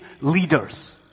leaders